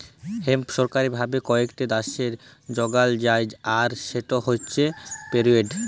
hemp সরকারি ভাবে কয়েকট দ্যাশে যগাল যায় আর সেট হছে পেটেল্টেড